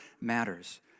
matters